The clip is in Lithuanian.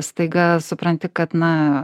staiga supranti kad na